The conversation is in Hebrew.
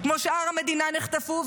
כמו שאר המדינה נחטפו,